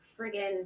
friggin